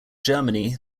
germany